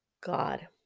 God